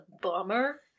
bummer